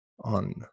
on